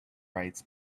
rights